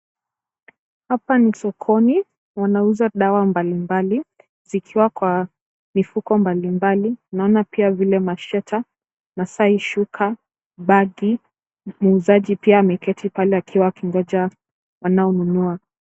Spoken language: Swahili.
Hapa ni sokoni. Wanauza dawa mbalimbali. Zikiwa kwa mifuko mbalimbali. Naona pia vile masheta, masaai shuka, bagi. Muuzaji pia, ameketi pale akiwa anangoja wanaonunua.